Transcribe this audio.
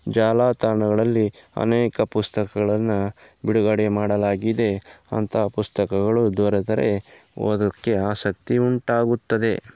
ಜಾಲತಾಣಗಳಲ್ಲಿ ಅನೇಕ ಪುಸ್ತಕಗಳನ್ನ ಬಿಡುಗಡೆ ಮಾಡಲಾಗಿದೆ ಅಂತಹ ಪುಸ್ತಕಗಳು ದೊರೆತರೆ ಓದೋಕ್ಕೆ ಆಸಕ್ತಿ ಉಂಟಾಗುತ್ತದೆ